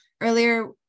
earlier